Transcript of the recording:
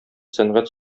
сәнгать